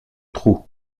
trou